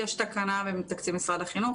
יש תקנה בתקציב משרד החינוך,